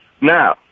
Now